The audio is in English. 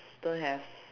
don't have